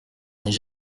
n’est